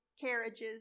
carriages